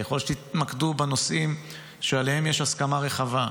ככל שתתמקדו בנושאים שעליהם יש הסכמה רחבה,